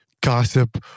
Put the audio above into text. gossip